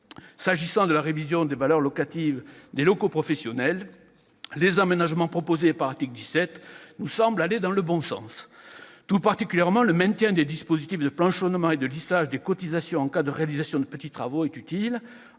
S'agissant de la révision des valeurs locatives des locaux professionnels, les aménagements proposés par l'article 17 nous semblent aller dans le bon sens. Tout particulièrement, le maintien des dispositifs de planchonnement et de lissage des cotisations en cas de réalisation de petits travaux est utile.